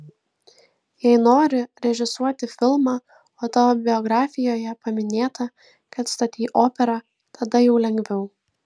jei nori režisuoti filmą o tavo biografijoje paminėta kad statei operą tada jau lengviau